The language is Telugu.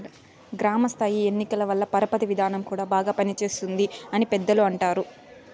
గ్రామ స్థాయి ఎన్నికల వల్ల పరపతి విధానం కూడా బాగా పనిచేస్తుంది అని పెద్దలు అంటారు